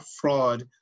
fraud